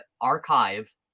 archive